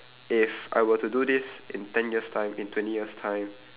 if I were to do this in ten years' time in twenty years' time